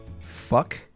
Fuck